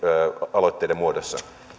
aloitteiden muodossa